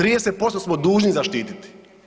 30% smo dužni zaštiti.